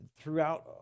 throughout